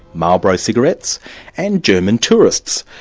marlboro cigarettes and german tourists.